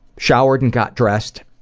showered and got dressed,